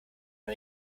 man